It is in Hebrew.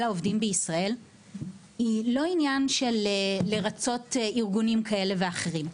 העובדים בישראל היא לא עניין של לרצות ארגונים כאלה ואחרים.